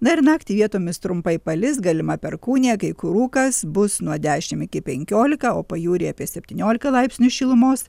na ir naktį vietomis trumpai palis galima perkūnija kai kur rūkas bus nuo dešimt iki penkiolika o pajūryje apie septyniolika laipsnių šilumos